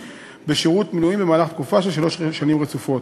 בשירות מילואים במהלך תקופה של שלוש שנים רצופות.